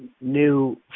new